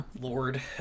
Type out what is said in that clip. Lord